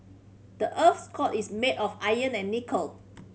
the earth's core is made of iron and nickel